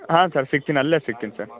ಹಾಂ ಸರ್ ಸಿಗ್ತೀನಿ ಅಲ್ಲೇ ಸಿಗ್ತೀನಿ ಸರ್